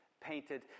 painted